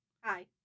Hi